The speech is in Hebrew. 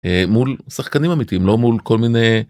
מול שחקנים אמיתיים לא מול כל מיני.